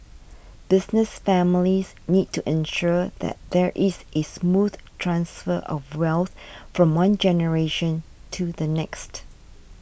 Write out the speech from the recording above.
business families need to ensure that there is a smooth transfer of wealth from one generation to the next